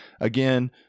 Again